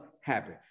happen